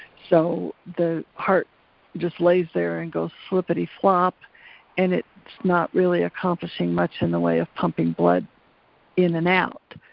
so the heart just lays there and goes flippity flop and it's not really accomplishing much in the way of pumping blood in and out.